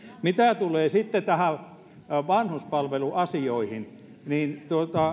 mitä tulee sitten vanhuspalveluasioihin niin